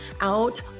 out